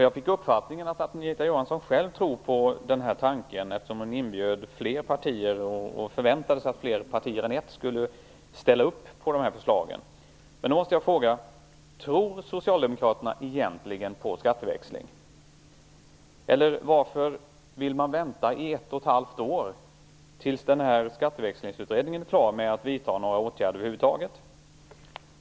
Jag fick den uppfattningen att Anita Johansson själv tror på denna tanke, eftersom hon inbjöd fler partier och förväntade sig att fler partier än ett skulle ställa upp. Men då måste jag fråga: Tror Socialdemokraterna egentligen på skatteväxling? Varför vill man vänta i ett och ett halvt år, tills utredningen om skatteväxling är klar, med att vidta några åtgärder över huvud taget?